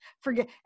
forget